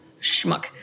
schmuck